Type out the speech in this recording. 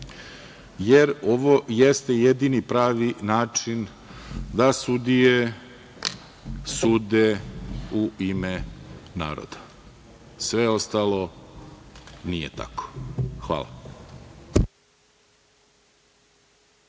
jer ovo jeste jedini pravi način da sudije sude u ime naroda. Sve ostalo nije tako. Hvala.